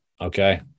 Okay